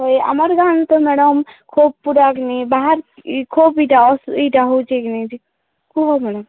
ହଏ ଆମର ଗାଁନୁ ତ ମ୍ୟାଡ଼ାମ୍ ଖୁବ୍ ବାହାର ଖୁବ୍ ଇଟା ଅସୁ ଇଟା ହେଉଛେ କେମିତି କୁହ ମ୍ୟାଡ଼ାମ୍